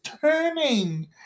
turning